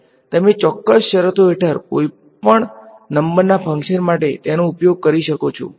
તમે ચોક્કસ શરતો હેઠળ કોઈપણ નંબર ના ફંક્શન માટે તેનો ઉપયોગ કરી શકો છો